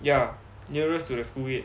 ya nearest to the school gate